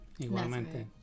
Igualmente